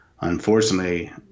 unfortunately